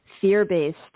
fear-based